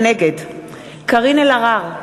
נגד קארין אלהרר,